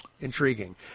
intriguing